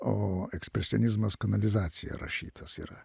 o ekspresionizmas kanalizacija rašytas yra